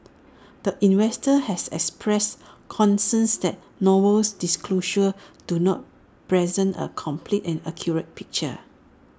the investor has expressed concerns that Noble's disclosures do not present A complete and accurate picture